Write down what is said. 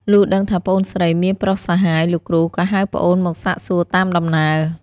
លុះដឹងថាប្អូនស្រីមានប្រុសសហាយ លោកគ្រូក៏ហៅប្អូនមកសាកសួរតាមដំណើរ ។